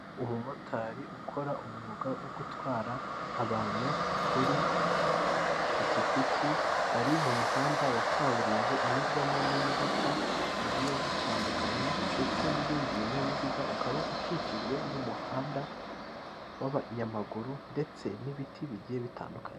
Umumotari ukora umwuga wo gutwara abantu kuri ipikipiki ari mu muhanda wa kaburimbo unyurwamo n'imodoka zigiye zitandukanye ndetse n'ibindi binyabiziga, ukaba ukikijwe n'umuhanda w'abanyamaguru ndetse n'ibiti bigiye bitandukanye.